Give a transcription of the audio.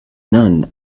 none